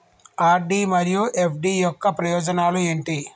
RD మరియు FD యొక్క ప్రయోజనాలు ఏంటి?